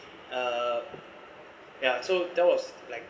uh ya so that was like